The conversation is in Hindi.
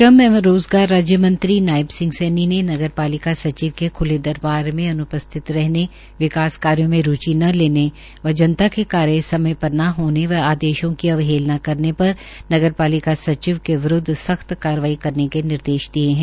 श्रम एवं रोजगार राज्य मंत्री नायब सिंह सैनी ने नगरपालिका सचिव के ख्ले दरबार में अन्पस्थित रहने विकास कार्यो में रूचि न लेने व जनता के कार्य समय पर न होने व आदेशों की अवहेलना करने पर नगरपालिका सचिव के विरूदध संख्त कार्यवाही करने के निर्देश दिये है